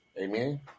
Amen